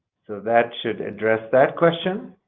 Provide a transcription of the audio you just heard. so that should address that question.